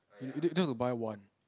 you do~ don't need to buy one